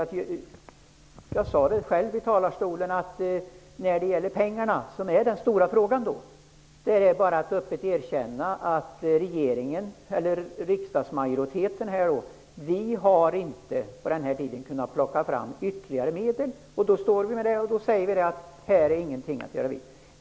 Som jag sade är det när det gäller pengarna, vilket alltså är den stora frågan, bara att öppet erkänna att vi i riksdagsmajoriteten på den här tiden inte har kunnat plocka fram ytterligare medel, och därför är det inget vi kan göra.